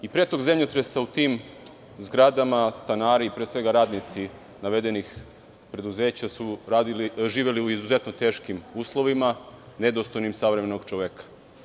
I pre tog zemljotresa u tim zgradama stanari, pre svega radnici navedenih preduzeća, su živeli u izuzetno teškim uslovima, nedostojnim savremenog čoveka.